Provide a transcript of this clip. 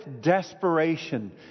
desperation